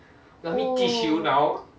oh